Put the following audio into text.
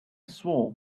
swore